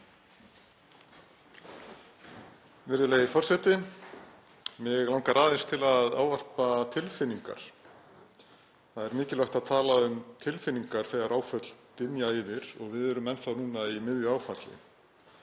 Virðulegi forseti. Mig langar aðeins til að tala um tilfinningar. Það er mikilvægt að tala um tilfinningar þegar áföll dynja yfir. Við erum enn þá í miðju áfalli,